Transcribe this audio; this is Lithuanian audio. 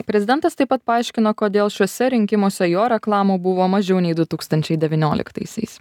prezidentas taip pat paaiškino kodėl šiuose rinkimuose jo reklamų buvo mažiau nei du tūkstančiai devynioliktaisiais